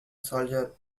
soldier